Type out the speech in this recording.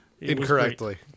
incorrectly